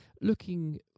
looking